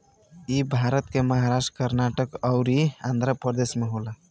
इ भारत के महाराष्ट्र, कर्नाटक अउरी आँध्रप्रदेश में होला